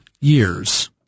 years